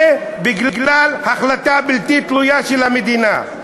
זה בגלל החלטה בלתי תלויה של המדינה.